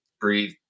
breathe